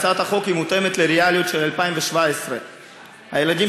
הצעת החוק מותאמת לריאליות של 2017. הילדים